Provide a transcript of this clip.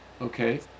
Okay